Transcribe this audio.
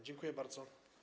Dziękuję bardzo.